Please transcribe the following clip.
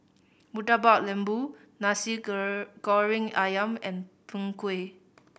Murtabak Lembu nasi goreng ayam and Png Kueh